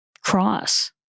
cross